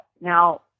Now